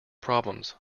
problems